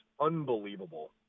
unbelievable